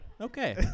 Okay